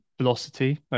velocity